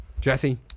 Jesse